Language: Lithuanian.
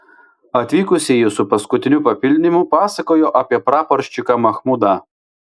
atvykusieji su paskutiniu papildymu pasakojo apie praporščiką machmudą